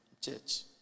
Church